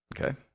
Okay